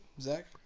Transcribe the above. Zach